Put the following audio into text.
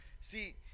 See